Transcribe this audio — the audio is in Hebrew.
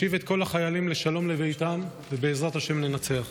ישיב את כל החיילים לשלום לביתם, ובעזרת השם ננצח.